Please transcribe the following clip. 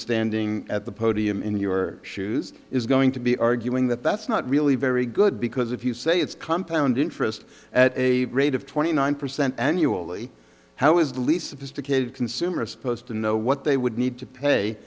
standing at the podium in your shoes is going to be arguing that that's not really very good because if you say it's compound interest at a rate of twenty nine percent annually how is the least sophisticated consumer supposed to know what they would need to pay